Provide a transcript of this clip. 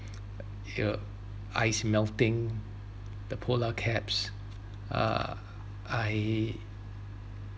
ya ice melting the polar caps uh I